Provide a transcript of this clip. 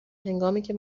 هنگامیکه